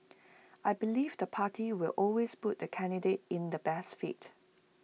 I believe the party will always put the candidate in the best fit